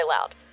loud